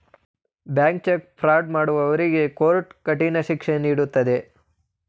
bank cheque fraud ಮಾಡುವವರಿಗೆ court ಕಠಿಣ ಶಿಕ್ಷೆ ನೀಡುತ್ತದೆ